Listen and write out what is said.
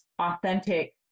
authentic